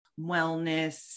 wellness